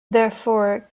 therefore